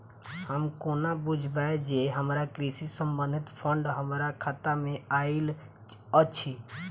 हम कोना बुझबै जे हमरा कृषि संबंधित फंड हम्मर खाता मे आइल अछि?